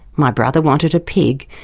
my brother wanted a pig,